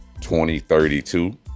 2032